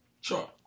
Sure